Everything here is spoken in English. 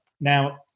Now